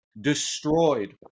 destroyed